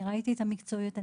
ראיתי את המקצועיות,